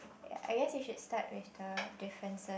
I guess you should start with the differences